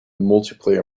multiplayer